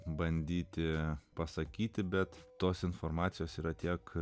bandyti pasakyti bet tos informacijos yra tiek